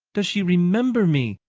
does she remember me?